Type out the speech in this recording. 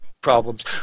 problems